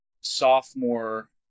sophomore